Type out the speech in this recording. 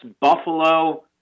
Buffalo